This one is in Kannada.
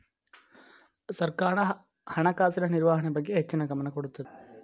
ಸರ್ಕಾರ ಹಣಕಾಸಿನ ನಿರ್ವಹಣೆ ಬಗ್ಗೆ ಹೆಚ್ಚಿನ ಗಮನ ಕೊಡುತ್ತದೆ